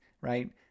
right